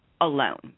alone